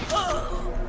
o'